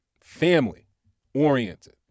family-oriented